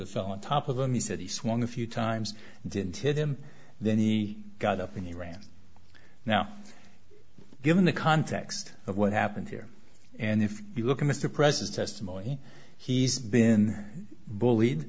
of fell on top of them he said he swung a few times and didn't hit him then he got up and he ran now given the context of what happened here and if you look at mr president as to money he's been bullied